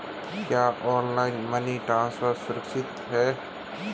क्या online money transfer सुरक्षित है?